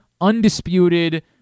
undisputed